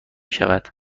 شود